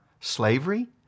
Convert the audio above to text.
slavery